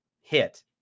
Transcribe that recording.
hit